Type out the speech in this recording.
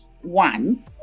one